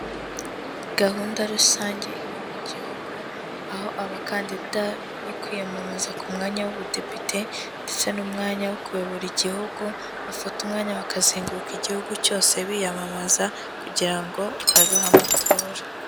Gahunda rusange iba mu gihugu, aho abakandida bo kwiyamamaza ku mwanya w'ubudepite ndetse n'umwanya wo kuyobora Igihugu, bafata umwanya bakazenguruka Igihugu cyose biyamamaza kugira ngo habeho amatora.